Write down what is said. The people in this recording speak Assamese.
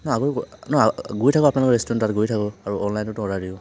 নহয় আগৰ নহয় গৈ থাকো আপোনালোকৰ ৰেষ্টুৰেণ্টত গৈ থাকো আৰু অনলাইনটো অৰ্ডাৰ দিওঁ